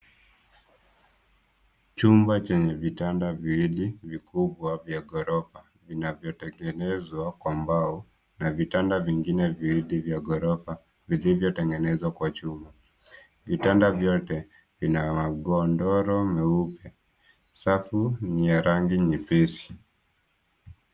Chumba chenye vitanda viwili vikubwa vya ghorofa, vinavyotengenezwa kwa mbao na vitanda vingine viwili vya ghorofa vilivyotengenezwa kwa chuma. Vitanda vyote vina magodoro meupe. Safu ni ya rangi nyepesi.